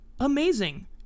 Amazing